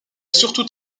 surtout